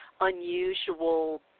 unusual